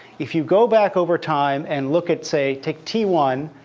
if you go back over time and look at, say, take t one,